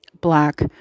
Black